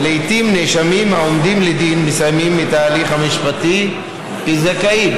ולעיתים נאשמים העומדים לדין מסיימים את ההליך המשפטי כזכאים.